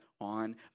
On